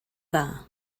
dda